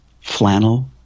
flannel